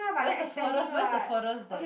where's the furthest where's the furthest that